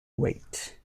wait